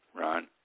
Ron